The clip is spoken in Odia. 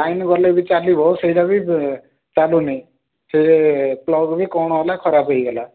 ଲାଇନ୍ ଗଲେ ବି ଚାଲିବ ସେଇଟା ବି ଚାଲୁନି ସେ ପ୍ଲଗ୍ରୁ କି କ'ଣ ହେଲା ଖରାପ ହେଇଗଲା